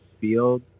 field